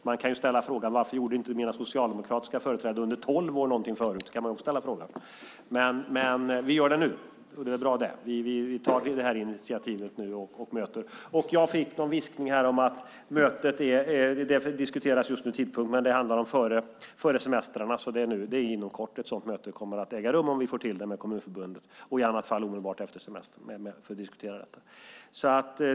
Man kan också ställa frågan: Varför gjorde inte mina socialdemokratiska företrädare någonting under tolv år? Men vi gör det här nu, och det är bra. Vi tar nu det här initiativet. Jag hörde någon viskning om att det just nu diskuteras tidpunkt för mötet. Det handlar om att det ska ske före semestern. Det är alltså inom kort ett sådant möte kommer att äga rum, om vi får till det med Kommunförbundet. I annat fall blir det omedelbart efter semestern.